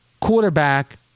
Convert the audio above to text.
quarterback